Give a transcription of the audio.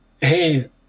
Hey